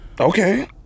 Okay